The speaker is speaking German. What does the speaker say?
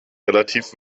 relativ